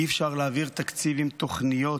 אי-אפשר להעביר תקציב עם תוכניות